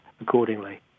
accordingly